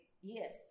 Yes